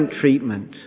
treatment